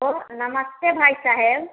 लो नमस्ते भाई साहब